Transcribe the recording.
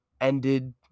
Ended